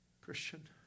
Christian